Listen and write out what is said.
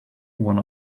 one